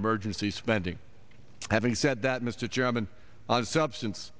emergency spending having said that mr chairman substance